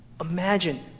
Imagine